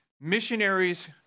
missionaries